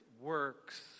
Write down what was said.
works